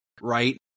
right